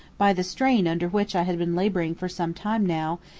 by the strain under which i had been laboring for some time now,